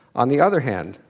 on the other hand,